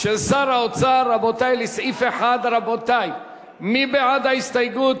של שר האוצר לסעיף 1. מי בעד ההסתייגות?